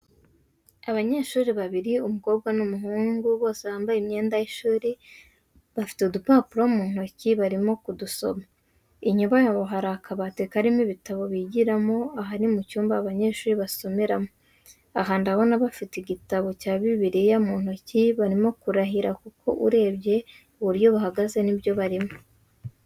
Abanyeshuri babiri umukobwa n'umuhungu, bose bambaye imyenda y'ishuri bafite udupapuro mu ntoki barimo kudusoma, inyuma yabo hari akabati karimo ibitabo bigiramo, aha ni mu cyumba abanyeshuri basomeramo. Aha ndabona bafite igitabo cya bibiriya mu ntoki, barimo kurahira kuko urebye ubu buryo bahagaze ni byo barimo.